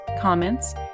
Comments